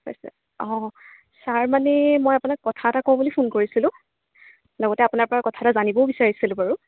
হয় ছাৰ অঁ ছাৰ মানে এই মই আপোনাক কথা এটা কওঁ বুলি ফোন কৰিছিলোঁ লগতে আপোনাৰপৰা কথা এটা জানিবও বিচাৰিছিলোঁ বাৰু